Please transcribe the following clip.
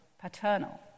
paternal